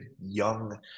young